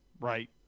Right